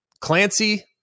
Clancy